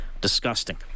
disgusting